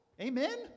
Amen